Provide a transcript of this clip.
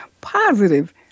positive